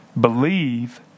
Believe